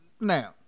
Now